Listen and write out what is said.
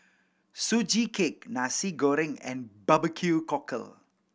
Sugee Cake Nasi Goreng and barbecue cockle